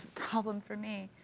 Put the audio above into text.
problem for me.